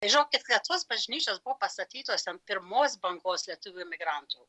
žinokit kad tos bažnyčios buvo pastatytos ant pirmos bangos lietuvių emigrantų